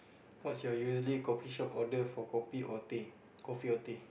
what's your usually coffee shop order for kopi or teh coffee or teh